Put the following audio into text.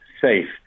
safe